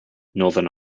northern